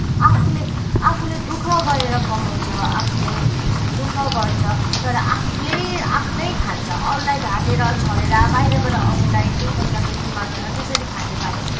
आफूले आफूले दु ख गरेर कमाउँछ आफूले दु ख गर्छ तर आफूले आफ्नै खान्छ अरूलाई ठाटेर छलेर बाहिरबाट आउनेलाई दुई पैसा बेसी मागेर त्यसरी खाने बानी